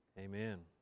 Amen